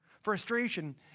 Frustration